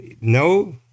no